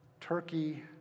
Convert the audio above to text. turkey